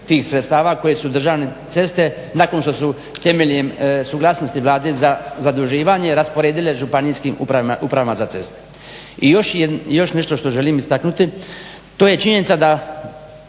tih sredstava koje su državne ceste nakon što su temeljem suglasnosti Vlade za zaduživanje rasporedile županijskim upravama za ceste. I još nešto što želim istaknuti, to je činjenica da